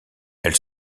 elle